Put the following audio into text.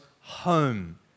home